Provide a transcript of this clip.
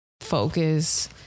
focus